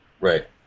Right